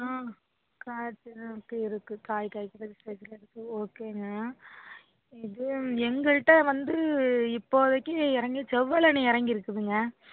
ஆ காய்ச்சிற அளவுக்கு இருக்குது காய் காய்க்கிற ஸ்டேஜ்ல இருக்குது ஓகேங்க இது எங்ககிட்ட வந்து இப்போதைக்கு இறங்கி செவ்வெளனி இறங்கிருக்குதுங்க